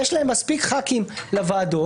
יש להם מספיק חברי כנסת לוועדות,